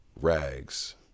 rags